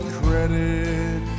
credit